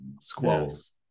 squalls